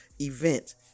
event